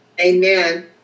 Amen